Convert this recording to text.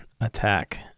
attack